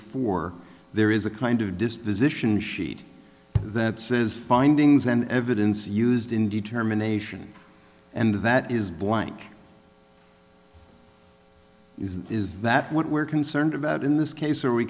four there is a kind of disposition sheet that says findings and evidence used in determination and that is blank is that what we're concerned about in this case are we